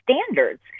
standards